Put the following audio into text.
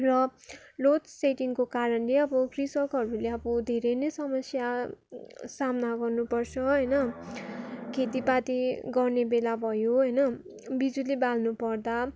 र लोडसेडिङको कारणले अब कृषकहरूले अब धेरै नै समस्या सामना गर्नुपर्छ होइन खेतीपाती गर्ने बेला भयो होइन बिजुली बाल्नु पर्दा